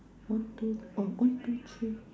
one two uh one two three